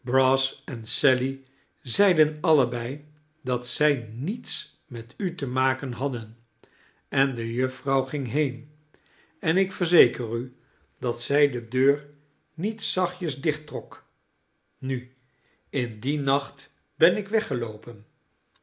brass en sally zeiden allebei dat zij niets met u te maken hadden en de jufvrouw ging heen en ik verzeker u dat zij de deur niet zachtjes dichttrok nu in dien nacht ben ik weggeloopen